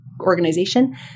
organization